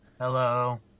Hello